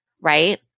Right